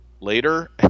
Later